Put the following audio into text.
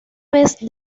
vez